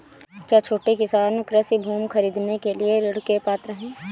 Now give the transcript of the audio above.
क्या छोटे किसान कृषि भूमि खरीदने के लिए ऋण के पात्र हैं?